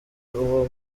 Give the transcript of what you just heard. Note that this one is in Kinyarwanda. uwo